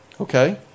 Okay